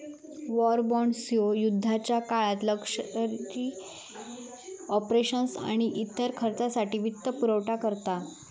war bonds ह्यो युद्धाच्या काळात लष्करी ऑपरेशन्स आणि इतर खर्चासाठी वित्तपुरवठा करता